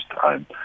time